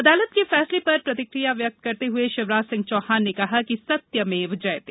अदालत के फैसले पर प्रतिक्रिया व्यक्त करते हुए शिवराज सिंह चौहान ने कहा कि सत्यमेव जयते